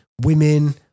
women